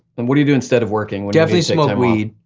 and what do you do instead of working definitely smoke weed.